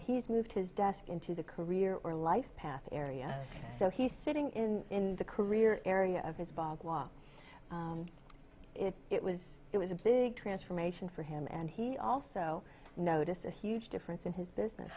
he's moved his desk into the career or life path area so he's sitting in the career area of his bhagwat it was it was a big transformation for him and he also noticed a huge difference in his business